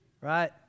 Right